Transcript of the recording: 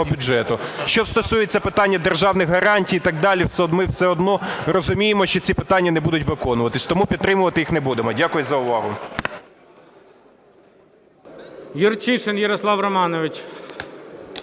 бюджету. Що стосується питання державних гарантій і так далі, ми все одно розуміємо, що ці питання не будуть виконуватись тому підтримувати їх не будемо. Дякую за увагу.